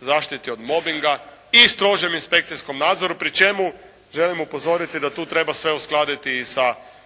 zaštiti od mobinga i strožem inspekcijskom nadzoru pri čemu želim upozoriti da tu treba sve uskladiti sa prekršajnim